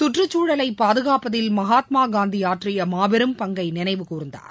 சுற்றுச்சூழலை பாதுகாப்பதில் மகாத்மா காந்தி ஆற்றிய மாபெரும் பங்கை நினைவுகூர்ந்தார்